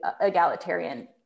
egalitarian